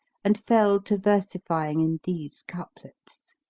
and fell to versifying in these couplets,